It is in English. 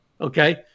Okay